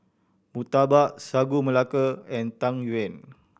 murtabak Sagu Melaka and Tang Yuen